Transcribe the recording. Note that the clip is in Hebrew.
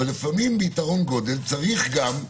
אבל לפעמים ביתרון גודל צריך גם,